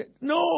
no